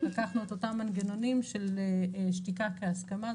לקחנו את אותם מנגנונים של שתיקה כהסכמה.